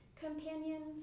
Companions